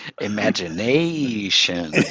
Imagination